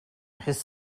his